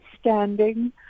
standing